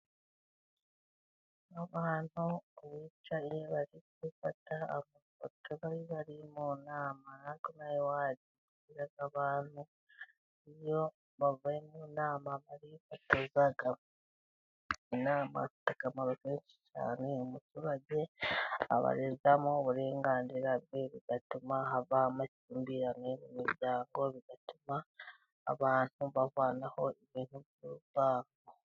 Abantu bicaye bari gufata agafoto bari bari mu nama. Na twe ino aha iwacu tugira abantu iyo bavuye mu nama barifotoza. Inama ifite akamaro kenshi cyane, umuturage abarizamo uburenganzira bwe bigatuma havaho amakimbirane mu miryango, bigatuma abantu bavanaho ibintu by'urwango.